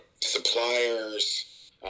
suppliers